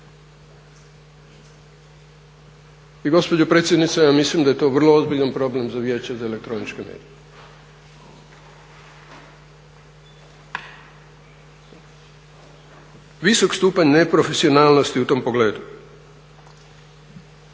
I gospođo predsjednice ja mislim da je to vrlo ozbiljan problem za Vijeće za elektroničke medije. Visok stupanj neprofesionalnosti u tom pogledu.